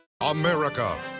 America